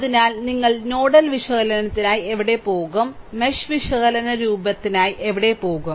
അതിനാൽ നിങ്ങൾ നോഡൽ വിശകലനത്തിനായി എവിടെ പോകും മെഷ് വിശകലന രൂപത്തിനായി എവിടെ പോകും